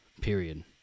period